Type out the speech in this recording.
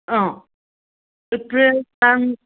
ꯑꯥ April ꯇꯥꯡ